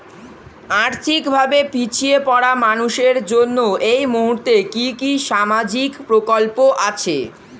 আর্থিক ভাবে পিছিয়ে পড়া মানুষের জন্য এই মুহূর্তে কি কি সামাজিক প্রকল্প আছে?